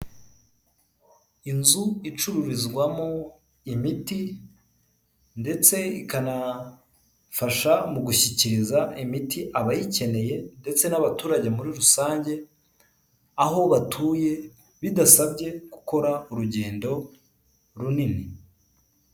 Inzu icururizwamo imiti ndetse ikanafasha mu gushyikiriza imiti abayikeneye ndetse n'abaturage muri rusange aho batuye bidasabye gukora urugendo runini.